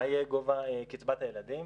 מה יהיה גובה קצבת הילדים,